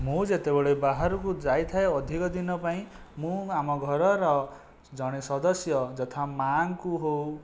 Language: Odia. ମୁଁ ଯେତେବେଳେ ବାହାରକୁ ଯାଇଥାଏ ଅଧିକ ଦିନ ପାଇଁ ମୁଁ ଆମ ଘରର ଜଣେ ସଦସ୍ୟ ଯଥା ମାଆଙ୍କୁ ହେଉ